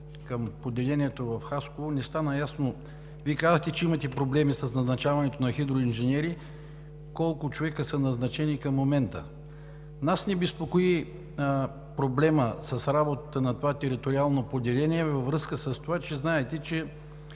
към поделението в Хасково не стана ясно – Вие казахте, че имате проблеми с назначаването на хидроинженери – колко човека са назначени към момента. Нас ни безпокои проблемът с работата на това териториално поделение във връзка с това, че знаете, че